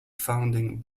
founding